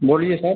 बोलिए सर